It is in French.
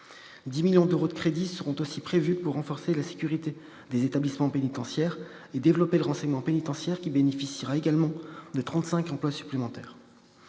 10 millions d'euros de crédits sont prévus pour renforcer la sécurité des établissements pénitentiaires et développer le renseignement pénitentiaire, qui bénéficiera également de 35 emplois supplémentaires.